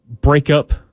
breakup